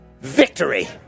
Victory